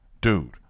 dude